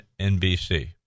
NBC